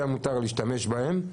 שהיה מותר להשתמש בהם,